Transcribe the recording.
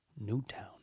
Newtown